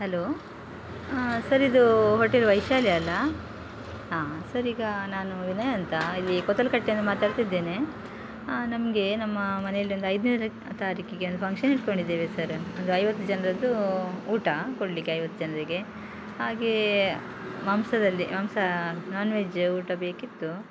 hello sir ಇದು hotel Vaishali ಅಲ್ವಾ ಹಾಂ ಸರ್ ಈಗ ನಾನು ವಿನಯ್ ಅಂತ ಇಲ್ಲಿ ಕೊತಲ್ಕಟ್ಟೆಯಿಂದ ಮಾತಾಡ್ತಿದ್ದೇನೆ ನಮಗೆ ನಮ್ಮ ಮನೆಯಲ್ಲಿ ಒಂದು ಐದನೇ ತಾರೀಕಿಗೆ ಒಂದು ಫಂಕ್ಷನ್ ಇಟ್ಕೊಂಡಿದ್ದೇವೆ ಸರ್ ಒಂದು ಐವತ್ತು ಜನರದ್ದೂ ಊಟ ಕೊಡಲಿಕ್ಕೆ ಐವತ್ತು ಜನರಿಗೆ ಹಾಗೇ ಮಾಂಸದಲ್ಲಿ ಮಾಂಸ ನಾನ್ ವೆಜ್ ಊಟ ಬೇಕಿತ್ತು